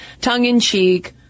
tongue-in-cheek